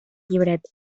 llibret